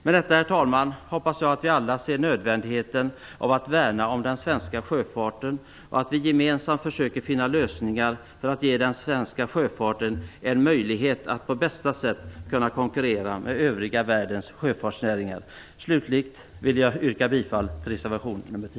Med detta, herr talman, hoppas jag att vi alla ser nödvändigheten av att värna om den svenska sjöfarten, och att vi gemensamt försöker finna lösningar för att ge den svenska sjöfarten en möjlighet att på bästa sätt konkurrera med övriga världens sjöfartsnäringar. Slutligen vill jag yrka bifall till reservation nr 10.